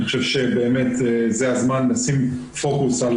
אני חושב שבאמת זה הזמן לשים פוקוס על